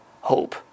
hope